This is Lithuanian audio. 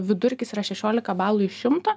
vidurkis yra šešiolika balų iš šimto